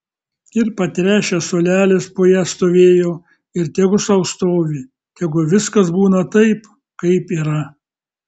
ir patręšęs suolelis po ja stovėjo ir tegu sau stovi tegu viskas būna taip kaip yra